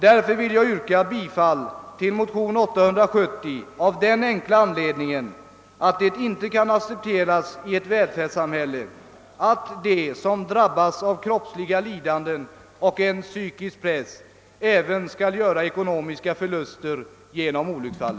Jag vill yrka bifall till motion 1II:870 av den enkla anledningen, att det inte kan accepteras i ett välfärdssamhälle, att de som drabbas av kroppsliga lidanden och en psykisk press även skall göra ekonomiska förluster vid olycksfall.